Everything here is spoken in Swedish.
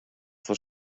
får